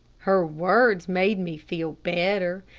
her words made me feel better,